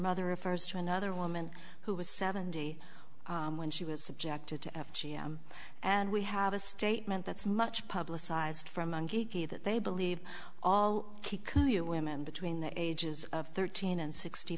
mother refers to another woman who was seventy when she was subjected to g m and we have a statement that's much publicized from monkey that they believe all kikuyu women between the ages of thirteen and sixty